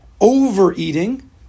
overeating